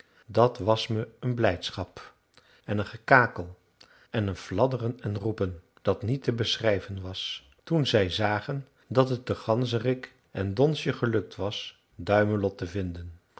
dat was me een blijdschap en een gekakel en een fladderen en roepen dat niet te beschrijven was toen zij zagen dat het den ganzerik en donsje gelukt was duimelot te vinden